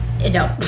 No